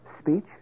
Speech